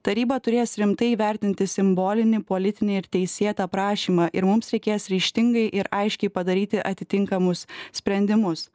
taryba turės rimtai įvertinti simbolinį politinį ir teisėtą prašymą ir mums reikės ryžtingai ir aiškiai padaryti atitinkamus sprendimus